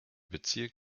bezirk